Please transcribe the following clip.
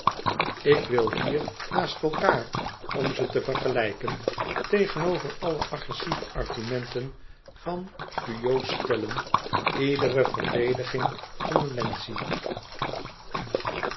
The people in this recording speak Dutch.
ik wil hier naast elkaâr om ze te vergelijken tegenover alle agressieve argumenten van vuillot stellen iedere verd ediging van wlenzci